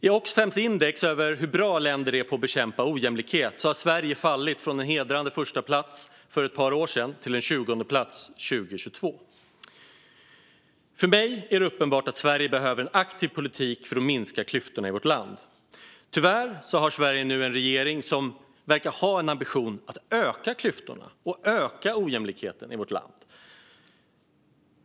I Oxfams index över hur bra länder är på att bekämpa ojämlikhet har Sverige fallit från en hedrande förstaplats för ett par år sedan till 20:e plats 2022. För mig är det uppenbart att Sverige behöver en aktiv politik för att minska klyftorna i vårt land. Tyvärr har Sverige nu en regering som verkar ha en ambition att öka klyftorna och öka ojämlikheten i vårt land.